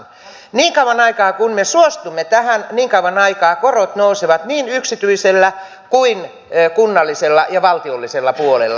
niin kauan aikaa kuin me suostumme tähän korot nousevat niin yksityisellä kuin kunnallisella ja valtiollisella puolella